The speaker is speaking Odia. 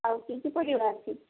ଆଉ କି କି ପରିବା ଅଛି